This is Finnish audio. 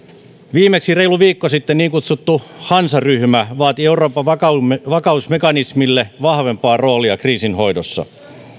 viimeksi reilu viikko sitten niin kutsuttu hansaryhmä vaati euroopan vakausmekanismille vahvempaa roolia kriisinhoidossa